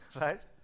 Right